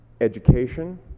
education